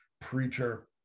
preacher